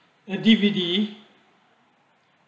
activity